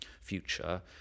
future